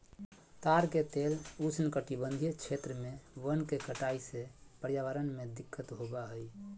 ताड़ के तेल उष्णकटिबंधीय क्षेत्र में वन के कटाई से पर्यावरण में दिक्कत होबा हइ